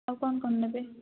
ଆଉ କ'ଣ କ'ଣ ନେବେ